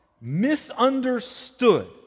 misunderstood